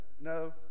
no